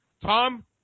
Tom